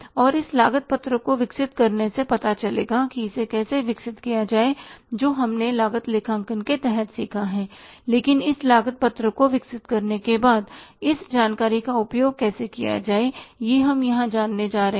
और इस लागत पत्रक को विकसित करने से पता चलेगा कि इसे कैसे विकसित किया जाए जो हमने लागत लेखांकन के तहत सीखा है लेकिन इस लागत पत्रक को विकसित करने के बाद इस जानकारी का उपयोग कैसे किया जाए यह हम यहां जानने जा रहे हैं